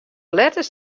letters